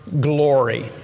glory